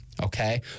Okay